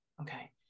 Okay